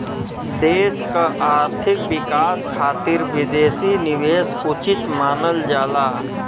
देश क आर्थिक विकास खातिर विदेशी निवेश उचित मानल जाला